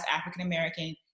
African-American